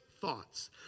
thoughts